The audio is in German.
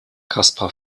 kaspar